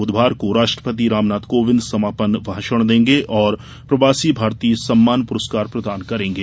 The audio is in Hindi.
बुधवार को राष्ट्रपति रामनाथ कोविंद समापन भाषण देंगे और प्रवासी भारतीय सम्मान पुरस्कार प्रदान करेंगे